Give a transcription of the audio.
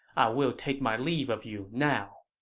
i will take my leave of you now.